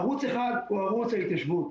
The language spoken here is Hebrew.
ערוץ אחד הוא ערוץ ההתיישבות